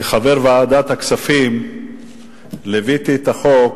כחבר ועדת הכספים ליוויתי את החוק